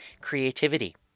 creativity